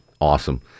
Awesome